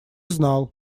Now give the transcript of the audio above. знал